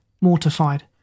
mortified